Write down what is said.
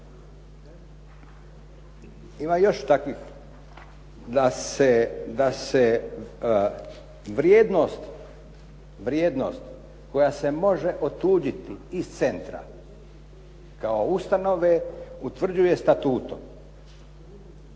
Ima još takvih da se vrijednost, vrijednost koja se može otuđiti iz centra kao ustanove utvrđuje statutom.